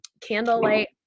candlelight